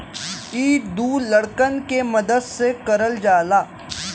इ दू लड़कन के मदद से करल जाला